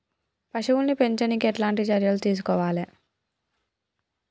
పశువుల్ని పెంచనీకి ఎట్లాంటి చర్యలు తీసుకోవాలే?